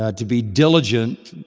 ah to be diligent.